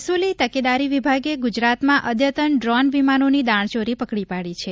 મહેસૂલી તકેદારી વિભાગે ગુજરાતમાં અદ્યતન ડ્રોન વિમાનોની દાણચોરી પકડી પાડી છે